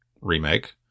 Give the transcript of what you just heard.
remake